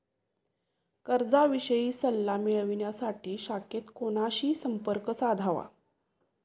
कर्जाविषयी सल्ला मिळवण्यासाठी शाखेत कोणाशी संपर्क साधावा?